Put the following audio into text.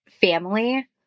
family